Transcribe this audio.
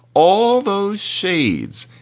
all those shades,